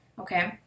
Okay